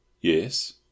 Yes